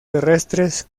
terrestres